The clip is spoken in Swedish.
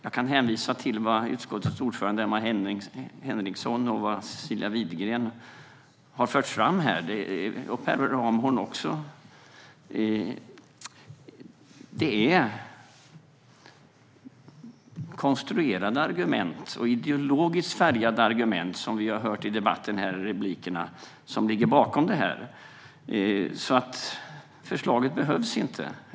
Jag kan hänvisa till vad utskottets ordförande Emma Henriksson och Cecilia Widegren och Per Ramhorn har fört fram här. Det är konstruerade och ideologiskt färgade argument som ligger bakom det här, vilket vi har hört i debatten här i replikerna. Förslaget behövs inte.